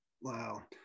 wow